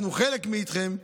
אנחנו חלק מכם.